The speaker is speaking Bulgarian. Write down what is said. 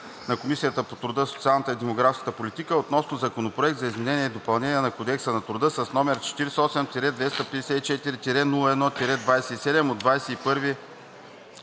на Комисията по труда, социалната и демографската политика относно Законопроект за изменение и допълнение на Кодекса на труда, № 48-254-01-27, от 21